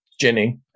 Jenny